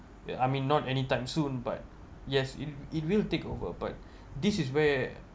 ya I mean not anytime soon but yes it it will take over but this is where